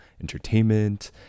entertainment